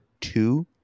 two